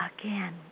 again